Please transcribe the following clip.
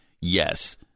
Yes